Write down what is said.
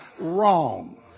Wrong